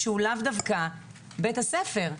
ולאו דווקא בית הספר.